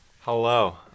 Hello